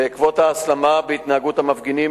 בעקבות ההסלמה בהתנהגות המפגינים,